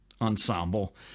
ensemble